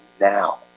now